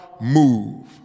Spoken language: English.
move